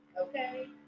okay